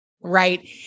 Right